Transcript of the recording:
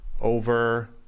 over